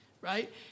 right